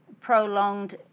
prolonged